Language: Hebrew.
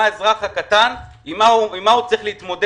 מה האזרח הקטן עם מה הוא צריך להתמודד,